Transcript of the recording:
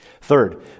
Third